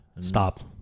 Stop